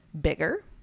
bigger